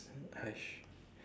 !hais!